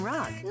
Rock